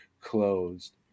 closed